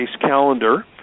calendar